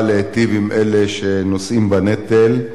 באה להיטיב עם אלה שנושאים בנטל,